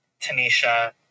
tanisha